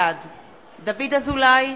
בעד דוד אזולאי,